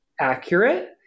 accurate